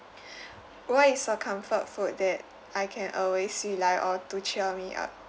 what is the comfort food that I can always rely on to cheer me up